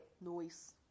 noise